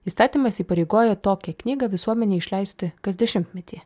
įstatymas įpareigoja tokią knygą visuomenei išleisti kas dešimtmetį